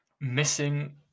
missing